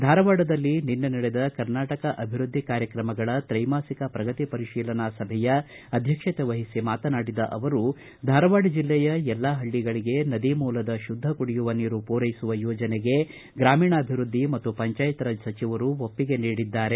ಧಾರವಾಡದಲ್ಲಿ ನಿನ್ನೆ ನಡೆದ ಕರ್ನಾಟಕ ಅಭಿವೃದ್ದಿ ಕಾರ್ಯಕ್ರಮಗಳ ತ್ರೈಮಾಸಿಕ ಪ್ರಗತಿ ಪರಿಶೀಲನಾ ಸಭೆಯ ಅಧ್ಯಕ್ಷತೆ ವಹಿಸಿ ಮಾತನಾಡಿದ ಅವರು ಧಾರವಾಡ ಜಿಲ್ಲೆಯ ಎಲ್ಲಾ ಪಳ್ಳಗಳಿಗೆ ನದಿಮೂಲದ ಶುದ್ಧ ಕುಡಿಯುವ ನೀರು ಪೂರೈಸುವ ಯೋಜನೆಗೆ ಗ್ರಾಮೀಣಾಭಿವೃದ್ಧಿ ಮತ್ತು ಪಂಚಾಯತರಾಜ್ ಸಚಿವರೂ ಒಪ್ಪಿಗೆ ನೀಡಿದ್ದಾರೆ